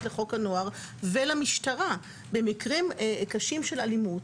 לחוק הנוער ולמשטרה במקרה קשים של אלימות.